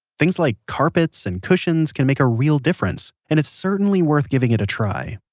things like carpets and cushions can make a real difference. and it's certainly worth giving it a try.